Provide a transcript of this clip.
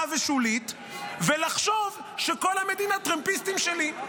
ושולית ולחשוב שכל המדינה טרמפיסטים שלי.